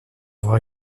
avoir